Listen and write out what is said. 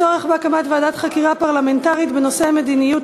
מס' 2547: הצורך בהקמת ועדת חקירה פרלמנטרית בנושא מדיניות